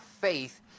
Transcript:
faith